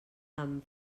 amb